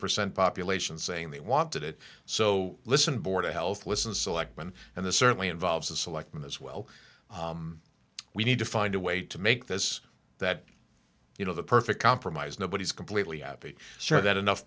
percent population saying they wanted it so listen board a health listen selectman and the certainly involves the selectmen as well we need to find a way to make this that you know the perfect compromise nobody's completely happy so that enough